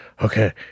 okay